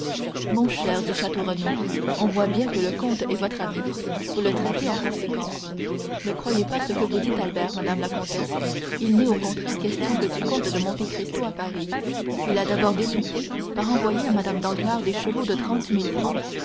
mon cher dit château renaud on voit bien que le comte est votre ami vous le traitez en conséquence ne croyez pas ce que vous dit albert madame la comtesse il n'est au contraire question que du comte de monte cristo à paris il a d'abord débuté par envoyer à mme danglars des chevaux de trente mille francs